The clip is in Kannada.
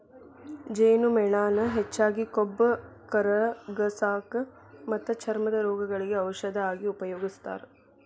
ಜೇನುಮೇಣಾನ ಹೆಚ್ಚಾಗಿ ಕೊಬ್ಬ ಕರಗಸಾಕ ಮತ್ತ ಚರ್ಮದ ರೋಗಗಳಿಗೆ ಔಷದ ಆಗಿ ಉಪಯೋಗಸ್ತಾರ